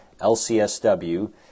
LCSW